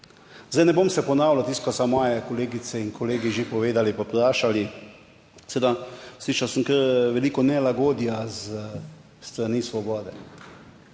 Zdaj, ne bom se ponavljal tisto kar so moje kolegice in kolegi že povedali pa vprašali, seveda, slišal sem kar veliko nelagodja s strani Svobode.